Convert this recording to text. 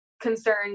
concerned